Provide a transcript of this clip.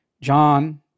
John